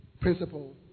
principle